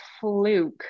fluke